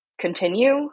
continue